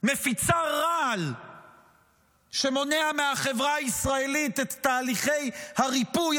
מפיצה רעל שמונע מהחברה הישראלית את תהליכי הריפוי,